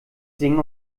singen